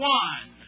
one